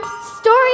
Story